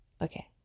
Okay